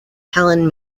helen